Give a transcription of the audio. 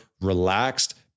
relaxed